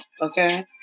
Okay